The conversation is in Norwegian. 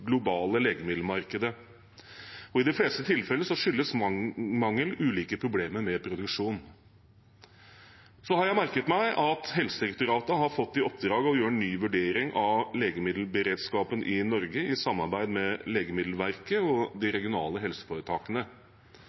globale legemiddelmarkedet. I de fleste tilfellene skyldes mangelen ulike problemer med produksjonen. Så har jeg merket meg at Helsedirektoratet har fått i oppdrag å gjøre en ny vurdering av legemiddelberedskapen i Norge i samarbeid med Legemiddelverket og de regionale helseforetakene.